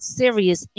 serious